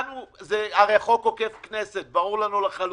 הרי זה חוק עוקף כנסת, ברור לנו לחלוטין.